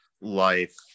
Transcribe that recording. life